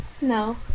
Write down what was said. no